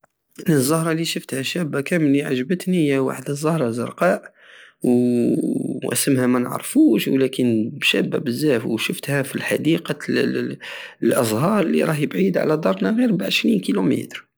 الزهرة الي شفتها شابة كامل الي عجبتني هي واحد الزهرة زرقاء واسمها منعرفوش ولكن شابة بزاف وشفتها فالحديقة ال- الازهار الي راهي بيعدة على دارنا غير بعشرين كيلوميتر